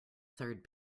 third